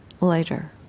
later